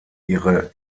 ihre